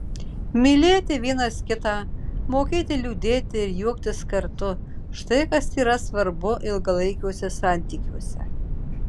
mylėti vienas kitą mokėti liūdėti ir juoktis kartu štai kas yra svarbu ilgalaikiuose santykiuose